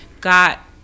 got